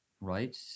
right